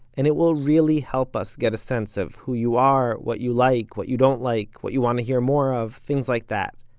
and it will really help us get a sense of who you are, what you like, what you don't like, what you want to hear more of. things like that.